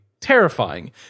terrifying